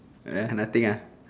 um nothing ah